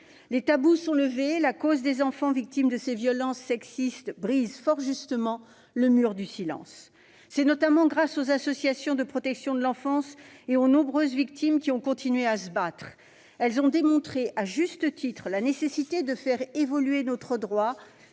Les tabous sont levés, la cause des enfants victimes de ces violences sexuelles brise, fort justement, le mur du silence. C'est notamment grâce aux associations de protection de l'enfance et aux nombreuses victimes qui ont continué à se battre. Elles ont démontré, à juste titre, la nécessité de faire évoluer notre droit